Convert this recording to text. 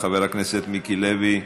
חבר הכנסת מיקי לוי,